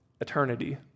eternity